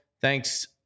Thanks